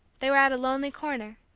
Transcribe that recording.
they were at a lonely corner,